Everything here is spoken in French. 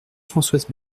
françoise